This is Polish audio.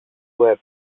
łeb